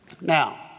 Now